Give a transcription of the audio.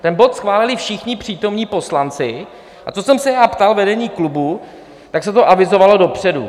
Ten bod schválili všichni přítomní poslanci, a co jsem se ptal vedení klubu, tak se to avizovalo dopředu.